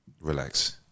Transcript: relax